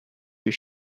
your